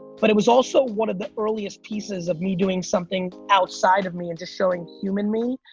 but it was also one of the earliest pieces of me doing something outside of me, and just showing human me,